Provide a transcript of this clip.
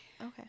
Okay